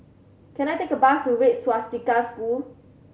can I take a bus to Red Swastika School